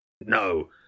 No